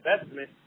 investment